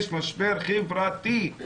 יש משבר חברתי.